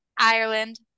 Ireland